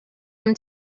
him